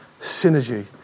synergy